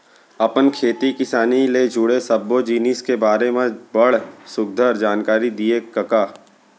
अपन खेती किसानी ले जुड़े सब्बो जिनिस के बारे म बड़ सुग्घर जानकारी दिए कका